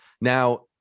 now